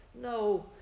No